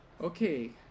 Okay